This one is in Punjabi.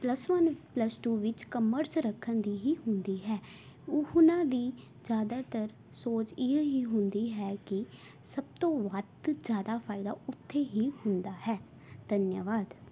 ਪਲੱਸ ਵਨ ਪਲੱਸ ਟੂ ਵਿੱਚ ਕਮਰਸ ਰੱਖਣ ਦੀ ਹੀ ਹੁੰਦੀ ਹੈ ਉਹਨਾਂ ਦੀ ਜ਼ਿਆਦਾਤਰ ਸੋਚ ਇਹ ਹੀ ਹੁੰਦੀ ਹੈ ਕਿ ਸਭ ਤੋਂ ਵੱਧ ਜ਼ਿਆਦਾ ਫਾਇਦਾ ਉੱਥੇ ਹੀ ਹੁੰਦਾ ਹੈ ਧੰਨਵਾਦ